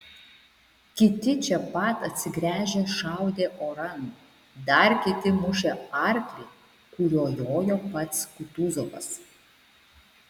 kiti čia pat atsigręžę šaudė oran dar kiti mušė arklį kuriuo jojo pats kutuzovas